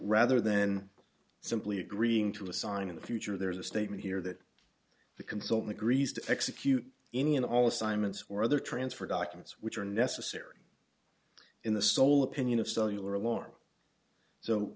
rather than simply agreeing to a sign in the future there's a statement here that the consultant agrees to execute any and all assignments or other transfer documents which are necessary in the sole opinion of cellular alarm